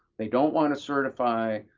they don't want to certify.